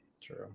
True